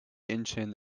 incheon